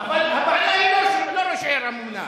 אבל הבעיה היא לא ראש העיר הממונה,